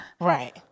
Right